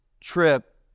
trip